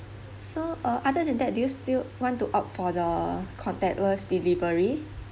so uh other than that do you still want to opt for the contactless delivery